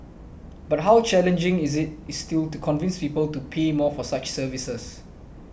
but how challenging is it is still to convince people to pay more for such services